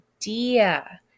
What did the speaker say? idea